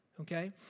okay